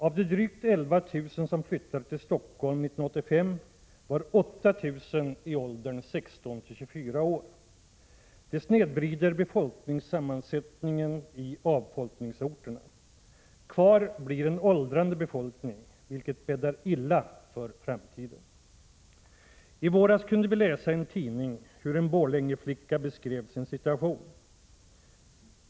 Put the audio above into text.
Av de drygt 11 000 som flyttade till Stockholm 1985 var 8 000 i åldern 16—24 år. Det snedvrider befolkningssammansättningen i avfolkningsorterna. Kvar blir en åldrande befolkning, vilket bäddar illa för framtiden. I våras kunde vi läsa i en tidning hur en Borlängeflicka beskrev sin situation.